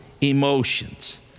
emotions